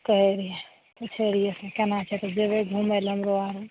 कहय रहिऐ पूछै रहिऐ कि केना छै तऽ जेबै घूमय लऽ हमरो आर